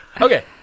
Okay